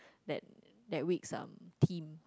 that that with some team